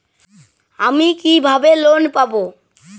আমি কিভাবে লোন পাব?